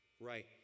right